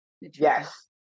Yes